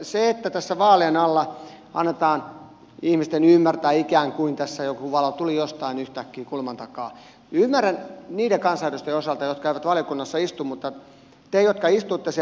sen että tässä vaalien alla annetaan ihmisten ymmärtää että ikään kuin tässä joku valo tuli jostain yhtäkkiä kulman takaa ymmärrän niiden kansanedustajien osalta jotka eivät valiokunnassa istu mutta te jotka istuitte siellä valiokunnassa